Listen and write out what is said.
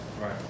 right